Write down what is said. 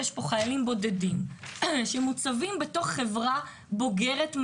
יש פה חיילים בודדים שמוצבים בתוך חברה בוגרת,